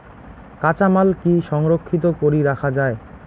কাঁচামাল কি সংরক্ষিত করি রাখা যায়?